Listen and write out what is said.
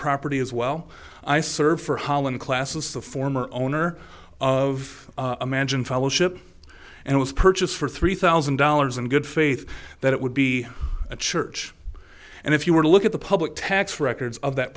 property as well i served for holland classes the former owner of a mansion fellowship and was purchased for three thousand dollars in good faith that it would be a church and if you were to look at the public tax records of that